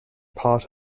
part